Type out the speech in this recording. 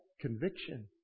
Conviction